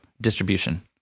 distribution